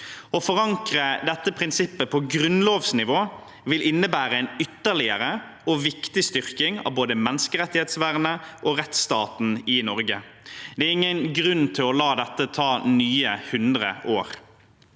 Å forankre dette prinsippet på grunnlovsnivå vil innebære en ytterligere og viktig styrking av både menneskerettighetsvernet og rettsstaten i Norge. Det er ingen grunn til å la dette ta nye 100 år.